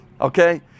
okay